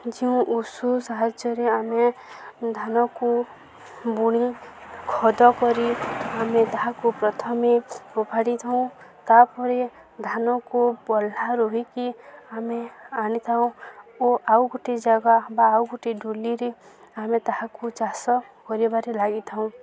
ଯେଉଁ ଉଷୁ ସାହାଯ୍ୟରେ ଆମେ ଧାନକୁ ବୁଣି ଖଦ କରି ଆମେ ତାହାକୁ ପ୍ରଥମେ ଫୋଫାଡ଼ି ଥାଉ ତାପରେ ଧାନକୁ ବଲା ରୋହିକି ଆମେ ଆଣିଥାଉ ଓ ଆଉ ଗୋଟେ ଜାଗା ବା ଆଉ ଗୋଟେ ଡୋଲିରେ ଆମେ ତାହାକୁ ଚାଷ କରିବାରେ ଲାଗିଥାଉ